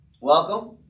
Welcome